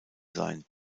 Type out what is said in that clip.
sein